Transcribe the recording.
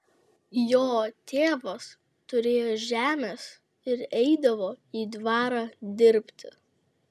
jo tėvas turėjo žemės ir eidavo į dvarą dirbti